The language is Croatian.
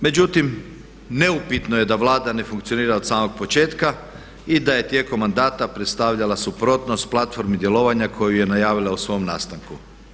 Međutim, neupitno je da Vlada ne funkcionira od samog početka i da je tijekom mandata predstavljala suprotnost platformi djelovanja koju je najavila u svom nastanku.